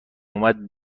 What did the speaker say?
اومد